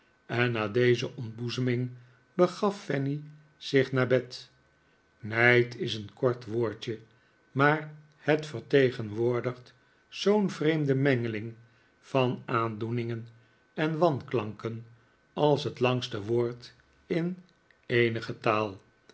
en na deze ontboezeming begaf fanny zich naar bed nijd is een kort woordje maar het vertegenwoordigt zoo'n vreemde mengeling van aandoeningen en wanklanken als het langste woord in eenige taal